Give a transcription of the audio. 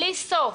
בלי סוף.